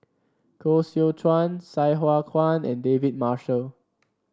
Koh Seow Chuan Sai Hua Kuan and David Marshall